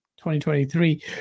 2023